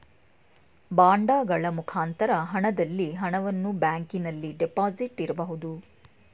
ಬಾಂಡಗಳ ಮುಖಾಂತರ ಹಣದಲ್ಲಿ ಹಣವನ್ನು ಬ್ಯಾಂಕಿನಲ್ಲಿ ಡೆಪಾಸಿಟ್ ಇರಬಹುದು